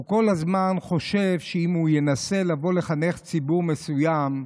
הוא כל הזמן חושב שאם הוא ינסה לבוא לחנך ציבור מסוים,